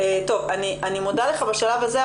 אני מודה לך בשלב הזה,